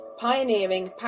pioneering